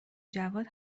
جواد